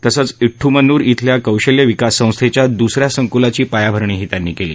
तसंघ इड्डमनूर इथल्या कौशल्य विकास संस्थेच्या दुस या संकुलाची पायाभरणीही त्यांनी केली